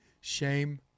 shame